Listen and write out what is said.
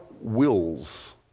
wills